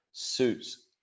suits